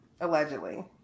Allegedly